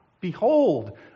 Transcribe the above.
Behold